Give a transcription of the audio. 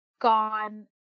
gone –